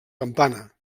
campana